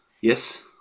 Yes